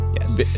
yes